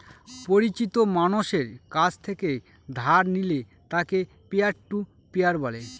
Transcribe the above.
পরিচিত মানষের কাছ থেকে ধার নিলে তাকে পিয়ার টু পিয়ার বলে